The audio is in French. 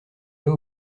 pas